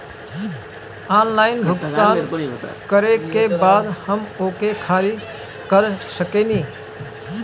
Online भुगतान करे के बाद हम ओके खारिज कर सकेनि?